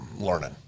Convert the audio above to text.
learning